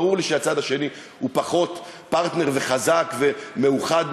ברור לי שהצד השני הוא פחות פרטנר וחזק ומאוחד,